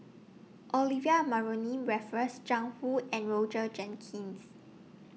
Olivia Mariamne Raffles Jiang Hu and Roger Jenkins